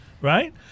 Right